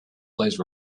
please